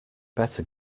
better